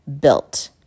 built